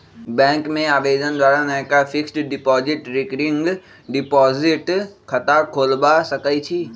bank में आवेदन द्वारा नयका फिक्स्ड डिपॉजिट, रिकरिंग डिपॉजिट खता खोलबा सकइ छी